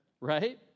Right